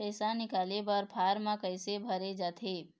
पैसा निकाले बर फार्म कैसे भरे जाथे?